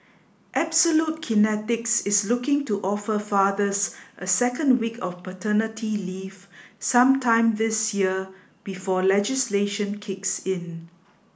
absolute Kinetics is looking to offer fathers a second week of paternity leave sometime this year before legislation kicks in